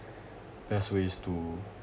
best ways to